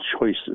choices